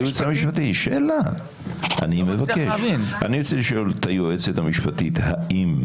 אני רוצה לשאול את היועצת המשפטית האם,